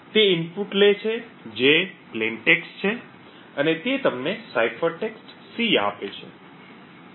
તે ઇનપુટ લે છે જે સાદો ટેક્સ્ટ છે અને તે તમને સાઇફર ટેક્સ્ટ C આપે છે